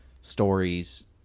stories